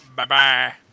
Bye-bye